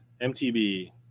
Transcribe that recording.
MTB